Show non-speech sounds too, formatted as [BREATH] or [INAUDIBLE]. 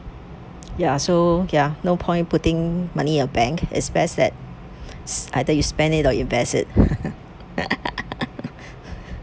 ya so ya no point putting money in your bank it's best that [BREATH] either you spend it or invest it [LAUGHS]